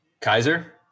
Kaiser